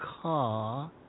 car